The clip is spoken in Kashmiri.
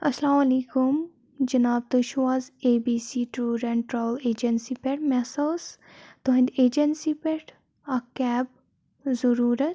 اَلسلامُ علیکُم جناب تُہۍ چھُو حظ A B C tour and travel agency پٮ۪ٹھ مےٚ ہسا ٲس تہنٛدِ ایٚجینسی پٮ۪ٹھ اکھ کیب ضروٗرت